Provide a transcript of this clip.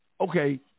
okay